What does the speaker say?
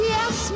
Yes